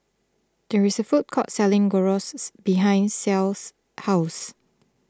there is a food court selling Gyros behind Ceil's house